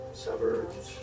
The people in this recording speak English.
suburbs